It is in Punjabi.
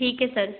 ਠੀਕ ਹੈ ਸਰ